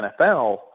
NFL